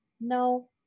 no